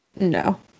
no